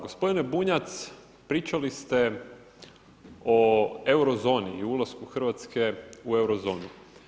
Gospodine Bunjac, pričali ste o Eurozoni i ulasku Hrvatske u Eurozonu.